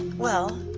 well,